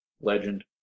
Legend